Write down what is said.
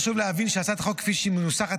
חשוב להבין שהצעת החוק כפי שהיא מנוסחת